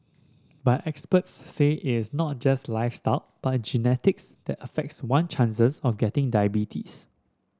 but experts say is not just lifestyle but genetics that affects one chances of getting diabetes